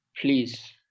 please